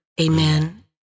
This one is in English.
Amen